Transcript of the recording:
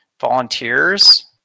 volunteers